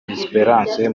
esperance